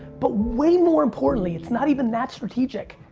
but way more importantly, it's not even that strategic.